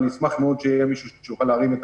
אשמח מאוד שיהיה מישהו שיוכל להרים את